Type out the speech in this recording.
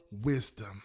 wisdom